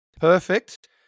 Perfect